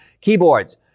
Keyboards